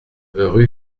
rue